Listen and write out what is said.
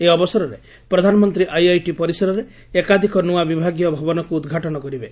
ଏହି ଅବସରରେ ପ୍ରଧାନମନ୍ତ୍ରୀ ଆଇଆଇଟି ପରିସରରେ ଏକାଧିକ ନୂଆ ବିଭାଗୀୟ ଭବନକୁ ଉଦ୍ଘାଟନ କରିବେ